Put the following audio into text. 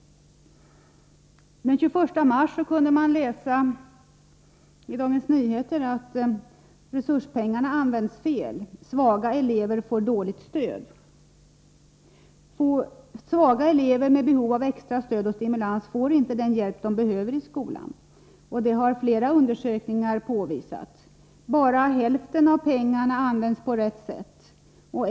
Den 21 mars kunde man läsa i Dagens Nyheter att resurspengarna används fel. Svaga elever får dåligt stöd. Svaga elever med behov av extra stöd och stimulans får inte den hjälp de behöver i skolan. Det har flera undersökningar visat. Bara hälften av pengarna används på rätt sätt.